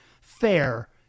fair